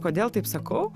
kodėl taip sakau